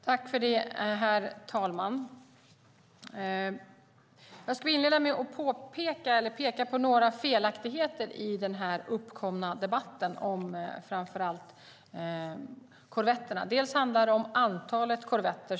Herr talman! Jag skulle vilja inleda med att peka på några felaktigheter i den uppkomna debatten om framför allt korvetterna. Först handlar det om antalet korvetter.